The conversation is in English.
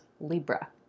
libra